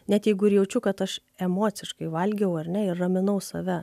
net jeigu ir jaučiu kad aš emociškai valgiau ar ne ir raminau save